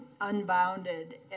unbounded